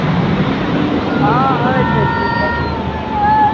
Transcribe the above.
हँ होइ छै की